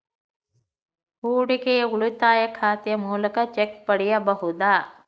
ಹೂಡಿಕೆಯ ಉಳಿತಾಯ ಖಾತೆಯ ಮೂಲಕ ಚೆಕ್ ಪಡೆಯಬಹುದಾ?